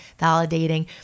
validating